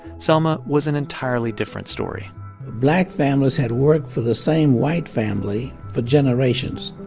selma was an entirely different story black families had worked for the same white family for generations.